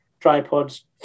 tripods